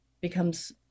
becomes